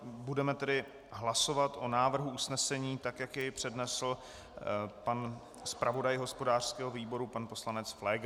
Budeme tedy hlasovat o návrhu usnesení, tak jak jej přednesl pan zpravodaj hospodářského výboru poslanec Pfléger.